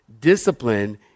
Discipline